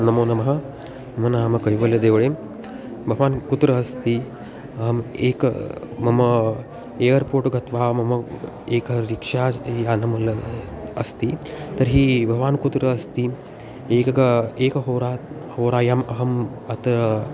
नमो नमः मम नाम कैवल्यदेवळे भवान् कुत्र अस्ति अहम् एकः मम एर्पोर्ट् गत्वा मम एकः अस्ति तर्हि भवान् कुत्र अस्ति एकः एकहोरात् होरायाम् अहम् अत्र